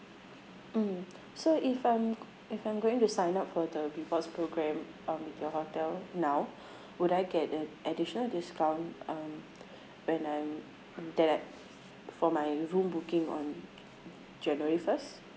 mm so if I'm if I'm going to sign up for the rewards program um your hotel now would I get an additional discount um when I'm that I for my room booking on january first